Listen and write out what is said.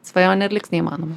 svajonė ir liks neįmanoma